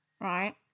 Right